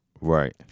Right